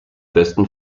westen